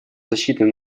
защиты